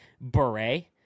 Beret